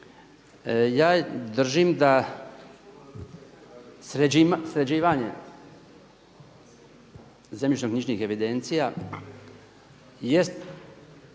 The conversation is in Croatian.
Ja držim da sređivanje zemljišno-knjižnih evidencija jest